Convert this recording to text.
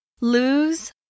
Lose